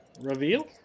reveal